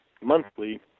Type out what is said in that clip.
monthly